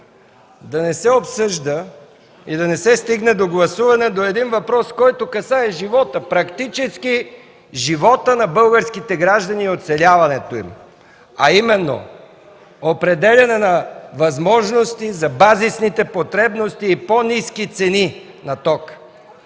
да не се обсъжда и да не се стигне до гласуване по един въпрос, който касае живота, практически живота на българските граждани и оцеляването им, а именно определяне на възможности за базисните потребности и по-ниски цени на тока.